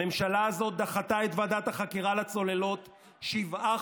הממשלה הזאת דחתה את ועדת החקירה לצוללות שבעה